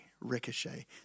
Ricochet